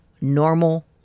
normal